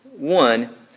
One